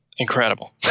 Incredible